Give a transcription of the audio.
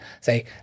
say